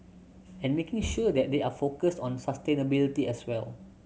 and making sure that they are focused on sustainability as well